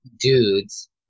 dudes